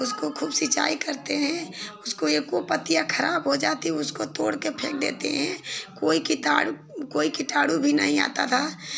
उसको खूब सिंचाई करते हैं उसको एको पत्तियाँ खराब हो जाती उसको तोड़ कर फेंक देते है कोई किटाणु कोई किटाणु भी नहीं आता था